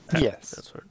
Yes